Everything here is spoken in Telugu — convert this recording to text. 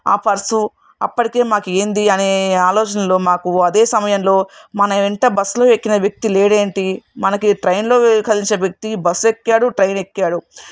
ఆ పర్సు అప్పటికే మాకు ఏంది అనే ఆలోచనలో మాకు అదే సమయంలో మన వెంట బస్సులో ఎక్కిన వ్యక్తి లేదేంటి మనకు ట్రైన్లో కలిసే వ్యక్తి బస్సు ఎక్కాడు ట్రైన్ ఎక్కాడు